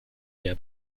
mehr